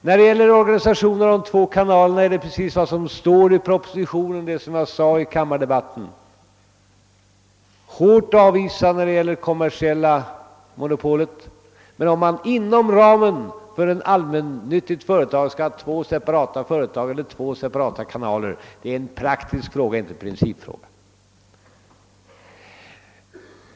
När det gäller organisationen av de två kanalerna gäller precis vad som står i propositionen och som jag sade i kammardebatten: ett hårt avvisande av det kommersiella monopolet. Om man inom ramen för ett allmännyttigt företag skall ha två separata företag eller två separata kanaler är däremot en praktisk fråga och inte en principfråga.